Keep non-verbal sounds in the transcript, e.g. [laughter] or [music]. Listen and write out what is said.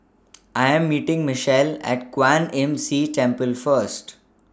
[noise] I Am meeting Mitchell At Kwan Imm See Temple First